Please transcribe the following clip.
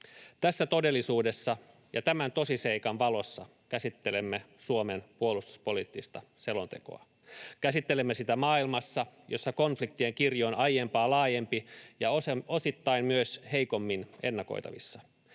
Tässä todellisuudessa ja tämän tosiseikan valossa käsittelemme Suomen puolustuspoliittista selontekoa. Käsittelemme sitä maailmassa, jossa konfliktien kirjo on aiempaa laajempi ja osittain myös heikommin ennakoitavissa.